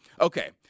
Okay